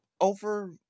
over